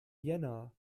jänner